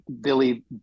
billy